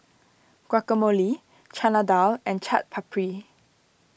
Guacamole Chana Dal and Chaat Papri